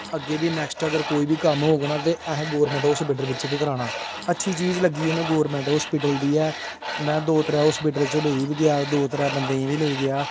अग्गें बी नैक्स्ट अगर कोई बी कम्म होग ना ते असें गौरमैंट हस्पिटल बिच्च गै कराना अच्छी चीज लग्गी में गौरमैंट हस्पिटल दी एह् में दे त्रै हस्पिटल च लेई बी गेआ दो त्रै बंदें गी बी लेई गेआ